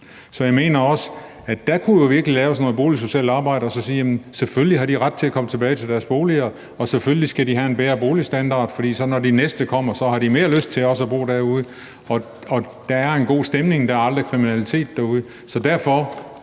Så jeg mener virkelig også, at der kunne laves noget boligsocialt arbejde ved at sige, at de selvfølgelig har ret til at komme tilbage til deres boliger, og at de selvfølgelig skal have en bedre boligstandard. For når de næste kommer, har de også mere lyst til at bo derude, og der er en god stemning. Der er aldrig kriminalitet derude. Så derfor